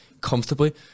Comfortably